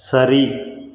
சரி